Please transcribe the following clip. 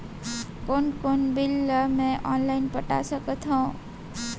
कोन कोन बिल ला मैं ऑनलाइन पटा सकत हव?